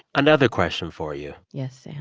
another question for you yes,